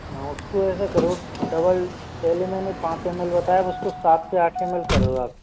हाँ उसको ऐसे करो डबल पहले मैंने पाँच एम एल बताया था उसको अब साथ से आठ एम एल कर दो आप